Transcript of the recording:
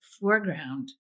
foreground